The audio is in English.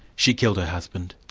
she killed her husband.